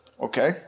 Okay